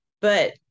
but-